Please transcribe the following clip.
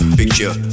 picture